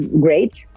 great